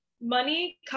money